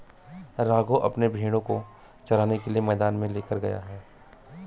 राघव अपने भेड़ों को चराने के लिए मैदान में लेकर गया है